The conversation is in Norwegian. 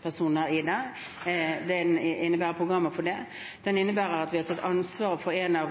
for det. Den innebærer at vi har fått ansvaret for en av